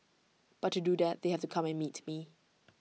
but to do that they have to come and meet me